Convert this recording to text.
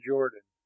Jordan